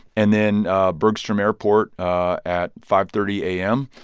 and then bergstrom airport at five thirty a m.